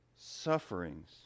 Sufferings